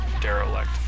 derelict